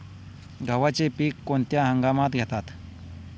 गव्हाचे पीक कोणत्या हंगामात घेतात?